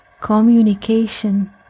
communication